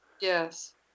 Yes